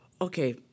okay